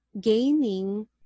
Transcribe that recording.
gaining